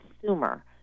consumer